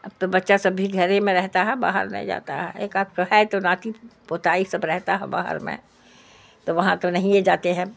اب تو بچہ سب بھی گھر ہی میں رہتا ہے باہر نہیں جاتا ہے ایک آک کو ہے تو ناتی پوتائی سب رہتا ہے باہر میں تو وہاں تو نہیں یہ جاتے ہیں